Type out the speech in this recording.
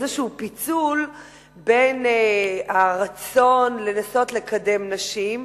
איזה פיצול בין הרצון לנסות לקדם נשים,